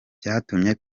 byatumye